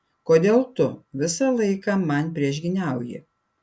kodėl tu visą laiką man priešgyniauji